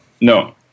No